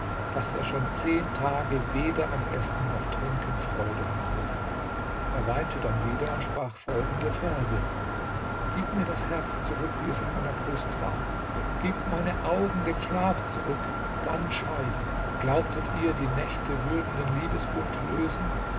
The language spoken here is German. daß er schon zehn tage weder an essen noch trinken freude habe er weinte dann wieder und sprach folgende verse gib mir das herz zurück wie es in meiner brust war gib meine augen dem schlaf zurück dann scheide glaubtet ihr die nächte würden den liebesbund lösen